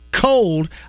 cold